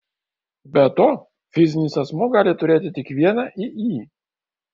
be to fizinis asmuo gali turėti tik vieną iį